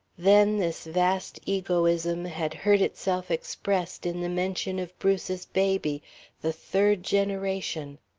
then this vast egoism had heard itself expressed in the mention of bruce's baby the third generation.